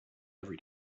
every